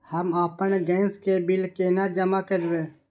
हम आपन गैस के बिल केना जमा करबे?